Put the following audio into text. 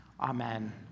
amen